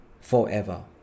forever